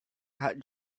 that